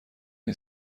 این